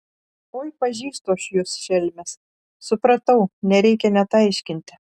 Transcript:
oi pažįstu aš jus šelmes supratau nereikia net aiškinti